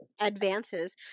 Advances